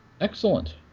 Excellent